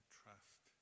trust